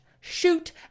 shoot